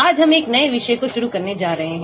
आज हम एक नए विषय को शुरू करने जा रहे हैं